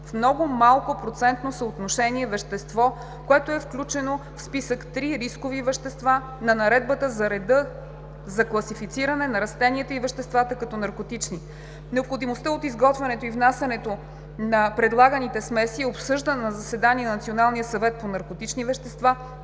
в много малко процентно съотношение вещество, което е включено в Списък III „Рискови вещества“ на Наредбата за реда за класифициране на растенията и веществата като наркотични. Необходимостта от изготвянето и внасянето на предлаганите промени е обсъждана на заседание на Националния съвет по наркотични вещества,